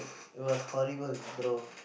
it was horrible bro